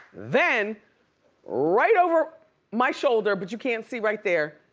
then right over my shoulder, but you can't see right there,